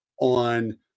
on